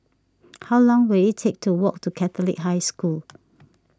how long will it take to walk to Catholic High School